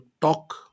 talk